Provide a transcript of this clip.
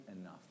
enough